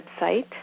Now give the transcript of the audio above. website